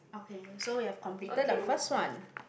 okay so you have completed the first one